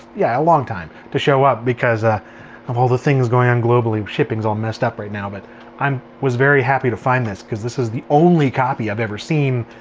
yeah, a long time to show up because ah of all the things going on globally, shipping's all messed up right now. but i um was very happy to find this because this is the only copy i've ever seen.